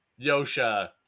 Yosha